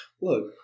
Look